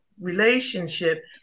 relationship